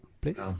please